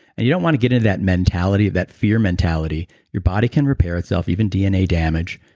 and you don't want to get into that mentality, that fear mentality. you body can repair itself, even dna damage.